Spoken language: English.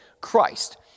Christ